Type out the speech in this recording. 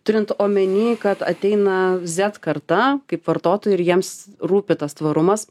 turint omeny kad ateina z karta kaip vartotojų ir jiems rūpi tas tvarumas